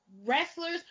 wrestlers